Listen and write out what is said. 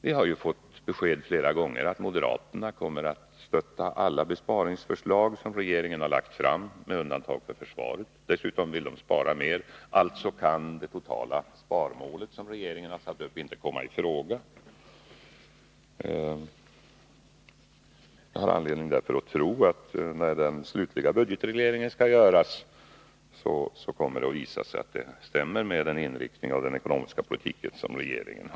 Vi har ju fått besked flera gånger att moderaterna kommer att stötta alla besparingsförslag som regeringen har lagt fram, med undantag för dem som gäller försvaret. Dessutom vill de spara mera. Alltså kan det totala sparmål som regeringen satt upp inte komma i fara. Jag har därför anledning att tro att det när den slutliga budgetregleringen skall göras kommer att visa sig att det stämmer med den inriktning som regeringen har gett den ekonomiska politiken.